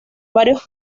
varios